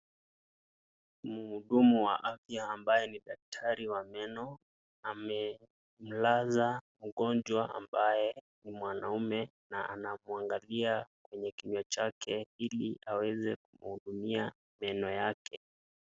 Mhudumu wa afya ambaye ni daktari wa meno, amemlaza mgonjwa ambaye ni mwanaume na anamwangalia kwenye kinywa chake ili aweze kumhudumia meno yake.